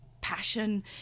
passion